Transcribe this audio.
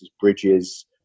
bridges